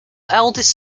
eldest